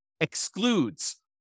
excludes